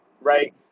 right